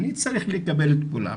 אני צריך לקבל את כולם,